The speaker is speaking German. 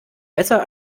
besser